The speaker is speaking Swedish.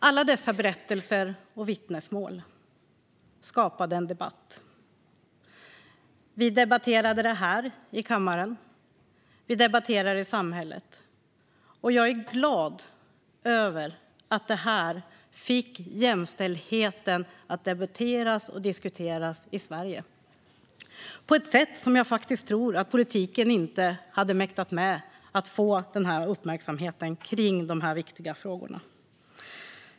Alla dessa berättelser och vittnesmål skapade en debatt. Vi debatterade dem här i kammaren, och vi debatterade dem i samhället. Jag är glad över att detta fick jämställdheten att debatteras och diskuteras i Sverige. Jag tror faktiskt inte att politiken hade mäktat med att skapa samma uppmärksamhet kring dessa viktiga frågor.